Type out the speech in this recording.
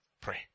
pray